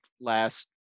last